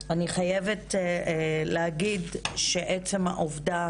אני חייבת להגיד שאנחנו כיבדנו את העובדה